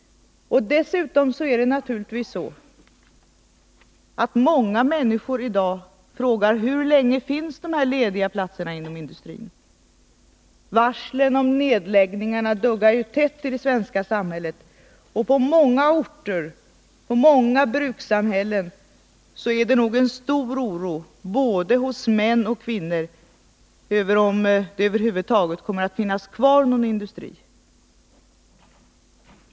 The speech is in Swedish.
Många människor frågar i dag hur länge dessa lediga platser finns inom industrin. Varslen om nedläggning duggar ju tätt i det svenska samhället, och på många orter och i många brukssamhällen är nog oron stor hos både män och kvinnor för om det över huvud taget kommer att finnas kvar någon industri.